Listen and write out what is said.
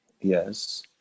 yes